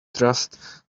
trust